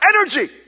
energy